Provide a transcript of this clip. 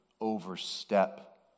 overstep